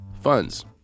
funds